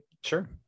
Sure